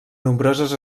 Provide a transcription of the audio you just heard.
nombroses